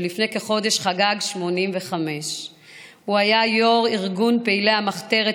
ולפני כחודש חגג 85. הוא היה יו"ר ארגון פעילי המחתרת,